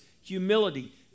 humility